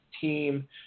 team